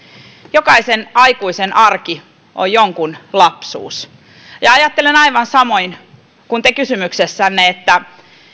jokaisen aikuisen arki on jonkun lapsuus ja ajattelen aivan samoin kuin te kysymyksessänne että